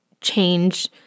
change